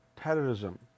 terrorism